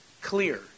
clear